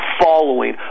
following